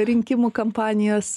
rinkimų kampanijos